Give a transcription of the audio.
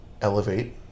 elevate